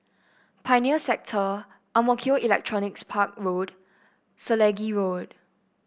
Pioneer Sector Ang Mo Kio Electronics Park Road Selegie Road